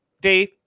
Dave